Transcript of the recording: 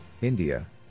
India